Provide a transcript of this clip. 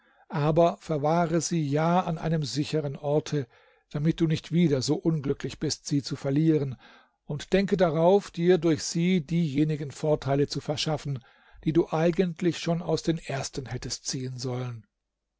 aber verwahre sie ja an einem sicheren orte damit du nicht wieder so unglücklich bist sie zu verlieren und denke darauf dir durch sie diejenigen vorteile zu verschaffen die du eigentlich schon aus den ersten hättest ziehen sollen